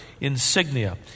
insignia